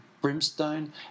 brimstone